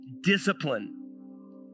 discipline